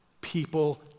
People